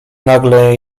nagle